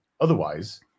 otherwise